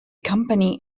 company